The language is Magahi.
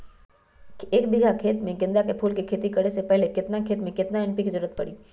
एक बीघा में गेंदा फूल के खेती करे से पहले केतना खेत में केतना एन.पी.के के जरूरत परी?